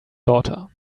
daughter